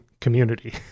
community